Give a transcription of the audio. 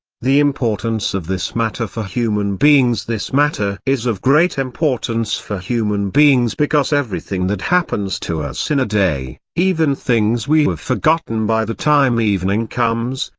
the importance of this matter for human beings this matter is of great importance for human beings because everything that happens to us in a day, even things we have forgotten by the time evening comes,